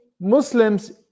muslims